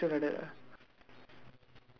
like taking out ah like action like that lah